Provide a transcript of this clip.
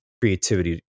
creativity